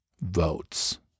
votes